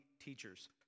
teachers